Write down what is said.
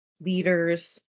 leaders